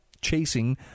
chasing